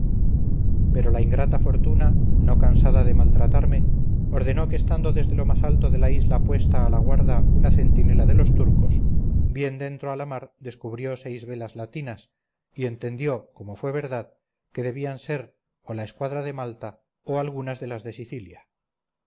pero la ingrata fortuna no cansada de maltratarme ordenó que estando desde lo más alto de la isla puesta a la guarda una centinela de los turcos bien dentro a la mar descubrió seis velas latinas y entendió como fue verdad que debían ser o la escuadra de malta o algunas de las